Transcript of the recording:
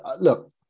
look